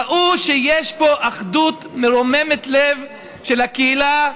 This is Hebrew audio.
ראו שיש פה אחדות מרוממת לב של הקהילה,